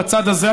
בצד הזה,